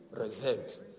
Reserved